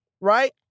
right